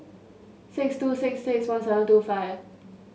six two six six one seven two five